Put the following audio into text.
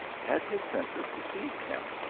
had his senses deceived him,